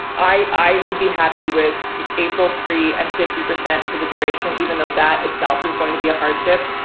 i would be happy with april free and fifty percent for the duration, even though that itself is going to be a hardship.